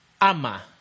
ama